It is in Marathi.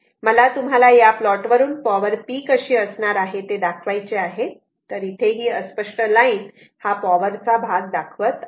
मला तुम्हाला या प्लॉट वरून पॉवर p कशी असणार आहे ते दाखवायचे आहे तर इथे ही अस्पष्ट लाईट पॉवर चा भाग दाखवत आहे